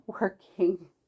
working